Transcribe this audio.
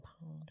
pound